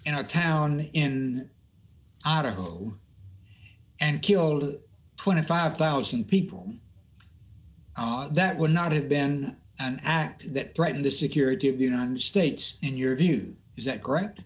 a town in idaho and killed twenty five thousand people that would not have been an act that threatened the security of the united states in your view is that correct